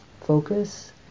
focus